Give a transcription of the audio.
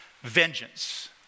vengeance